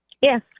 Yes